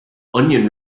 onion